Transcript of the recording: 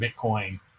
Bitcoin